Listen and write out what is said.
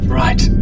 right